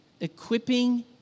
equipping